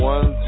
One